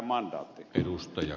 arvoisa puhemies